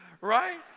Right